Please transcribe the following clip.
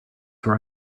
where